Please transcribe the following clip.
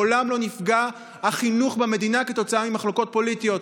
מעולם לא נפגע החינוך במדינה בשל מחלוקות פוליטיות.